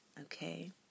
okay